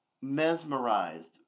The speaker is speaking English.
mesmerized